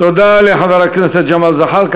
תודה לחבר הכנסת ג'מאל זחאלקה.